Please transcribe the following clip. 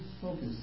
focus